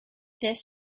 this